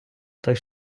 той